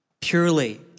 Purely